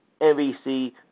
NBC